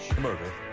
murder